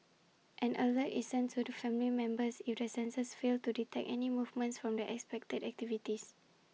an alert is sent to family members if the sensors fail to detect any movement from the expected activities